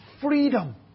freedom